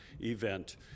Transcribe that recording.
event